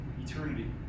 eternity